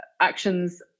actions